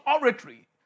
oratory